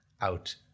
out